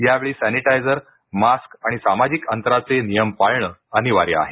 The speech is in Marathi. यावेळी सॅनिटायजर मास्क आणि सामाजिक अंतराचे नियम पाळणं अनिवार्य आहे